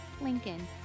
Lincoln